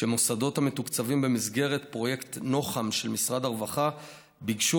שמוסדות המתוקצבים במסגרת פרויקט נוח"ם של משרד הרווחה ביקשו